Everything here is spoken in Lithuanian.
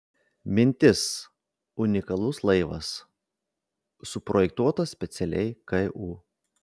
mintis unikalus laivas suprojektuotas specialiai ku